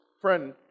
friend